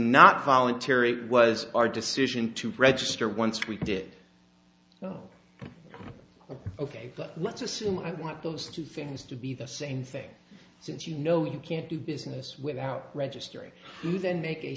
not voluntary was our decision to register once we did ok but let's assume i want those two things to be the same thing since you know you can't do business without registering you then make a